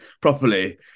properly